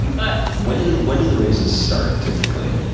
but when do when do the races start typically?